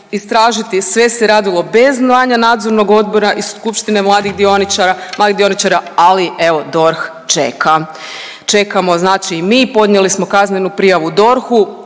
istražiti i sve se radilo bez znanja nadzornog odbora i skupštine mladih dioničara, mladih dioničara, ali evo DORH čeka. Čekamo znači i mi, podnijeli smo kaznenu prijavu DORH-u,